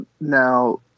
Now